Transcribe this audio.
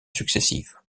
successives